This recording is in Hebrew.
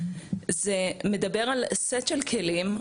זה מדבר על סט של כלים,